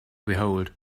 behold